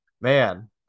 Man